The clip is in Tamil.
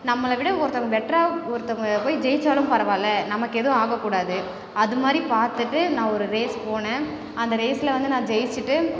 நம்மளை விட ஒருத்தவங்கள் பெட்டராக ஒருத்தவங்கள் போய் ஜெயிச்சாலும் பரவால்லை நமக்கு ஏதுவும் ஆகக்கூடாது அதுமாதிரி பார்த்துட்டு நான் ஒரு ரேஸ் போனேன் அந்த ரேஸில் வந்து நான் ஜெயிச்சிட்டு